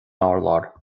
urlár